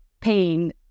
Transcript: pain